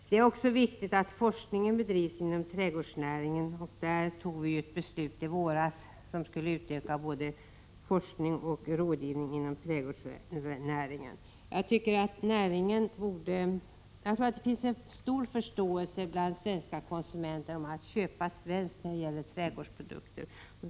Det är också viktigt att forskning bedrivs inom trädgårdsnäringen. Vi fattade beslut i våras som skulle öka både forskning och rådgivning inom trädgårdsnäringen. Jag tror att det finns stor förståelse bland svenska konsumenter och en vilja att köpa svenska trädgårdsprodukter.